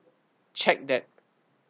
check that